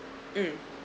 mm